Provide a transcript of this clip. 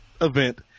event